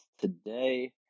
today